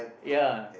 ya